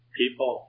people